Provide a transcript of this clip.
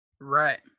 Right